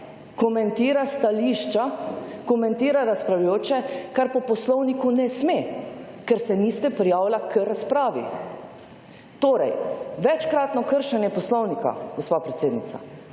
komentira stališča, komentira razpravljajoče kar po Poslovniku ne sme, ker se niste prijavila k razpravi. Torej, večkratno kršenje Poslovnika, gospa predsednica.